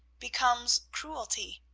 becomes cruelty.